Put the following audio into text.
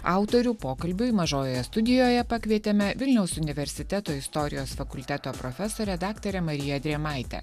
autorių pokalbiui mažojoje studijoje pakvietėme vilniaus universiteto istorijos fakulteto profesorė daktarė marija drėmaitė